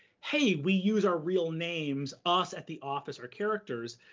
hey, we use our real names, us at the office, our characters,